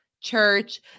church